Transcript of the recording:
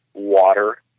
water,